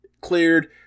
cleared